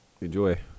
enjoy